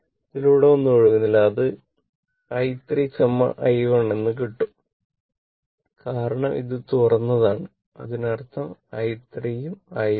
ഇതിലൂടെ ഒന്നും ഒഴുകുന്നില്ല ഇത് i 3 i 1 എന്ന് കിട്ടും കാരണം ഇത് തുറന്നതാണ് അതിനർത്ഥം i 3 ഉം i 1